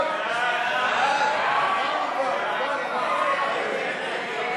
58 בעד, 61 מתנגדים.